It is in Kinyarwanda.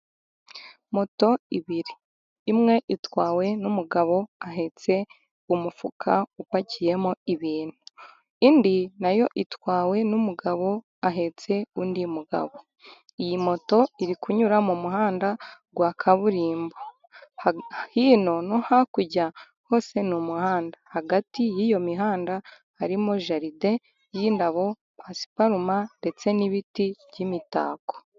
Moto ebyiri imwe itwawe n'umugabo ahetse umufuka upakiyemo ibintu, indi nayo itwawe n'umugabo ahetse undi mugabo iyi moto iri kunyura mu muhanda wa kaburimbo. Hino no hakurya hose ni umuhanda, hagati y'iyo mihanda harimo jaride y'indabo pasiparuma ndetse n'ibiti by'imitako.